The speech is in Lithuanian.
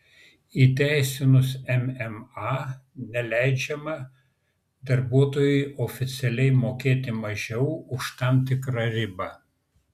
įteisinus mma neleidžiama darbuotojui oficialiai mokėti mažiau už tam tikrą ribą